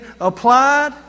applied